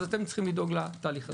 אז אתם צריכים לדאוג לתהליך הזה.